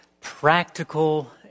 practical